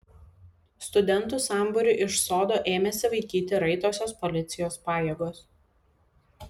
studentų sambūrį iš sodo ėmėsi vaikyti raitosios policijos pajėgos